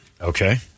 Okay